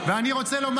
אני רוצה לומר